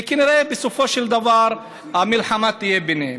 וכנראה שבסופו של דבר המלחמה תהיה ביניהן.